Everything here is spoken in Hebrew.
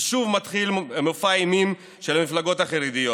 ושוב מתחיל מופע האימים של המפלגות החרדיות,